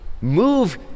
move